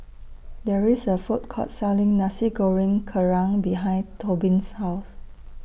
There IS A Food Court Selling Nasi Goreng Kerang behind Tobin's House